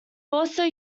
also